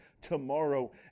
tomorrow